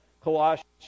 Colossians